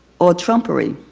or trumpery.